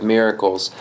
Miracles